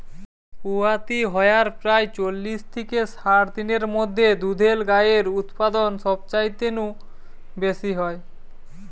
পুয়াতি হয়ার প্রায় চল্লিশ থিকে ষাট দিনের মধ্যে দুধেল গাইয়ের উতপাদন সবচাইতে নু বেশি হয়